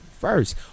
First